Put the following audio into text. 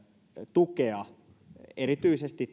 tukea erityisesti